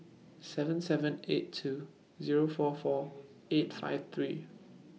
seven seven eight two Zero four four eight five three